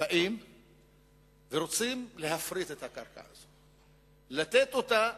באים ורוצים להפריט את הקרקע הזאת, לתת אותה